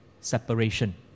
separation